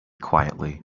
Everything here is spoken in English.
quietly